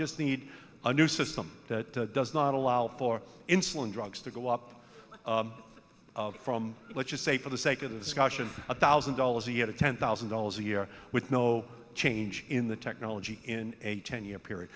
just need a new system that does not allow for insulin drugs to go up from let's say for the sake of discussion a thousand dollars a year to ten thousand dollars a year with no change in the technology in a ten year period